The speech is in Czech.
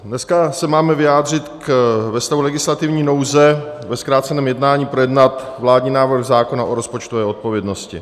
Dneska se máme vyjádřit ve stavu legislativní nouze, ve zkráceném jednání projednat vládní návrh zákona o rozpočtové odpovědnosti.